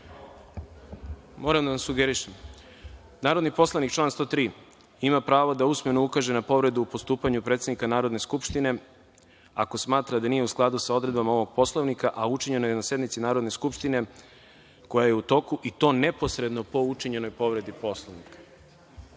Moram da vam sugerišem. Član 103 – narodni poslanik ima pravo da usmeno ukaže na povredu u postupanju predsednika Narodne skupštine, ako smatra da nije u odredbama ovog Poslovnika, a učinjena je na sednici Narodne skupštine koja je u toku, i to neposredno po učinjenoj povredi Poslovnika. Vi